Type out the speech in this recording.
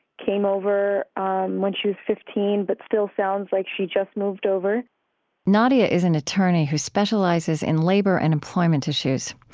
came over um when she was fifteen, but still sounds like she just moved over nadia is an attorney who specializes in labor and employment issues.